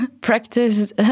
practice